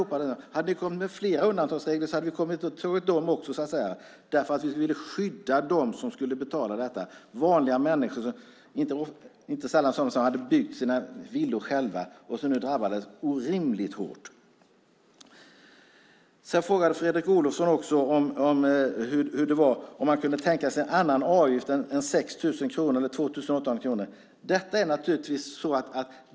Om ni hade kommit med fler undantagsregler hade vi stött dem också, därför att vi ville skydda dem som skulle betala detta. Det var vanliga människor, som inte sällan hade byggt sina villor själva, som nu drabbades orimligt hårt. Fredrik Olovsson frågade om man kunde tänka sig en annan avgift än 6 000 kronor eller 2 800 kronor.